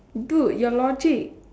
dude your logic